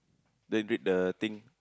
then read the thing